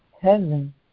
heaven